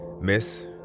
Miss